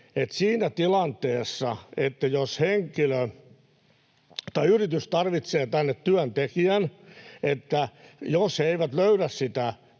siinä tilanteessa, jos yritys tarvitsee tänne työntekijän ja jos he eivät löydä sitä